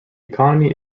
economy